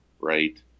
right